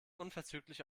unverzüglich